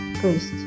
First